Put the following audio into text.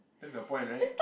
that's the point [right]